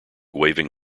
waving